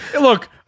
Look